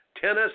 tennis